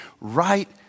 right